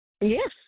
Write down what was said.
Yes